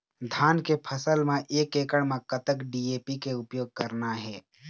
धान के फसल म एक एकड़ म कतक डी.ए.पी के उपयोग करना हे?